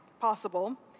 possible